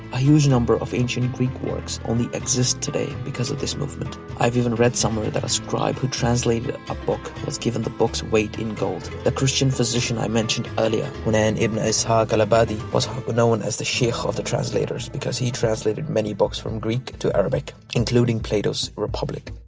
a huge number of ancient greek works only exist today because of this movement. i've even read somewhere that a scribe who translated a book was given the book's weight in gold. the christian physician i mentioned before hunayn ibn ishaq al-ibadi was known as the sheikh of the translators because he translated many books from greek to arabic including plato's republic.